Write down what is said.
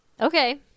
Okay